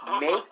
make